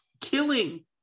killing